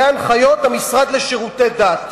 ולהנחיות המשרד לשירותי דת,